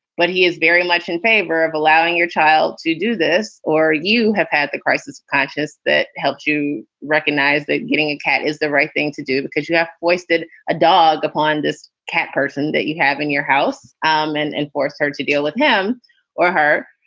but he is very much in favor of allowing your child to do this or you have had the crisis of conscious that helped you recognize that getting a cat is the right thing to do because you have foisted a dog upon this cat person that you have in your house um and and force her to deal with him or her.